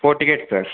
four tickets sir